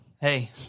Hey